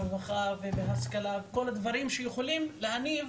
ברווחה ובהשכלה כל הדברים שיכולים להניב